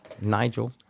Nigel